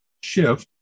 shift